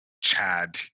chad